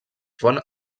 font